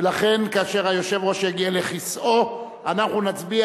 ולכן כאשר היושב-ראש יגיע לכיסאו אנחנו נצביע